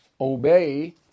obey